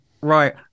right